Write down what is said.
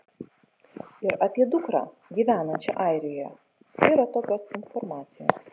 ir apie dukrą gyvenančią airijoje yra tokios informacijos